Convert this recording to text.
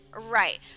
Right